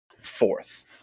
fourth